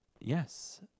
yes